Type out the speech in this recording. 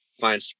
find